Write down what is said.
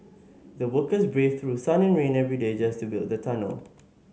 the workers braved through sun and rain every day just to build the tunnel